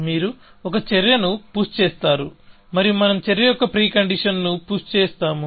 మీరు ఒక చర్యను పుష్ చేస్తారు మరియు మనం చర్య యొక్క ప్రీ కండీషన్స్ ను పుష్ చేస్తాము